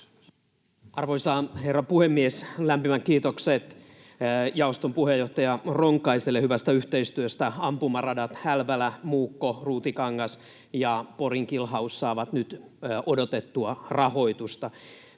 Arvoisa herra puhemies! Lämpimät kiitokset jaoston puheenjohtaja Ronkaiselle hyvästä yhteistyöstä. Ampumaradat Hälvälä, Muukko, Ruutikangas ja Porin Killhouse saavat nyt odotettua rahoitusta.